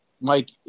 Mike